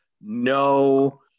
no